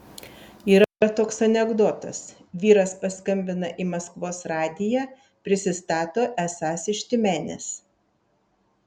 yra toks anekdotas vyras paskambina į maskvos radiją prisistato esąs iš tiumenės